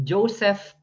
Joseph